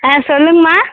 ஆ சொல்லுங்கள்ம்மா